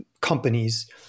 companies